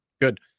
good